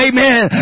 Amen